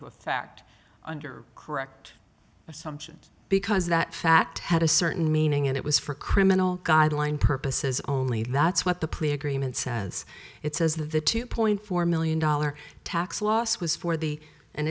to a fact under correct assumptions because that fact had a certain meaning and it was for criminal guideline purposes only that's what the plea agreement says it says that the two point four million dollars tax loss was for the and